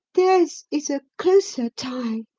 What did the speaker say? theirs is a closer tie.